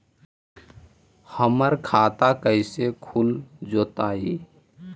हमर खाता कैसे खुल जोताई?